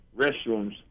restrooms